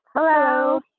Hello